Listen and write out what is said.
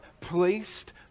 placed